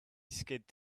skid